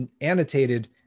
annotated